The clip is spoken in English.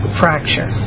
fracture